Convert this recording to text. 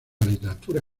literatura